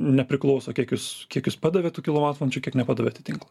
nepriklauso kiek jūs kie jūs padavėt tų kilovatvalandžių kiek nepadavėt į tinklą